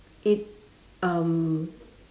it um